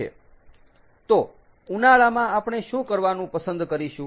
તો ઉનાળામાં આપણે શું કરવાનું પસંદ કરીશું